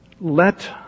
let